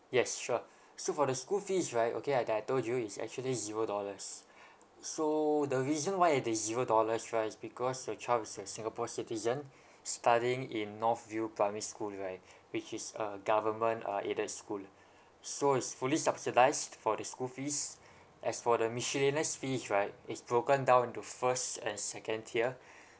yes sure so for the school fees right okay uh that I told you is actually zero dollars so the reason why it is zero dollars right is because your child is a singapore citizen studying in north view primary school right which is a government uh aided school so it's fully subsidised for the school fees as for the miscellaneous fees right it's broken down into first and second tier